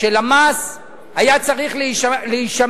של המס היתה צריכה להישמר